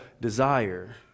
desire